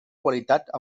qualitat